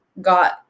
got